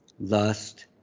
lust